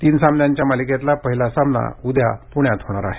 तीन सामन्यांच्या या मालिकेतील पहिला सामना उद्या पुण्यात होणार आहे